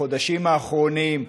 בחודשים האחרונים,